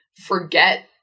forget